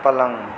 पलङ्ग